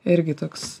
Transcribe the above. irgi toks